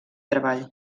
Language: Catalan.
treball